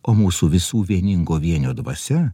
o mūsų visų vieningo vienio dvasia